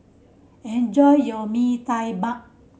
enjoy your mee tai bak